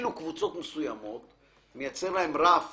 לקבוצות מסוימות אתה מייצר רף